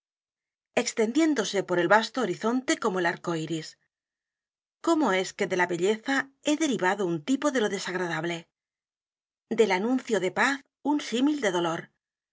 extendiéndose por el vasto horizonte como el arco iris cómo es que de la belleza he derivado un tipo de lo desagradable del anuncio de paz un símil de dolor